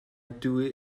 dwy